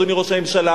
אדוני ראש הממשלה.